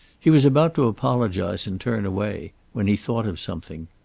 he was about to apologize and turn away, when he thought of something.